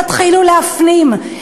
תתחילו להפנים,